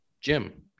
Jim